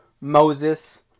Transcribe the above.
Moses